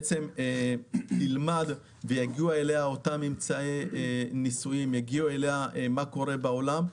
הוועדה תלמד ויגיעו אליה אותם ממצאי ניסויים ומה שקורה בעולם.